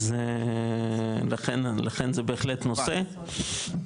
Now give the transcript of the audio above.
אז לכן זה בהחלט נושא.